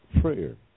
prayer